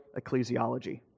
ecclesiology